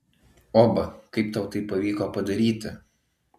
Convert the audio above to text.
oba kaip tau tai pavyko padaryti